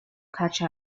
catch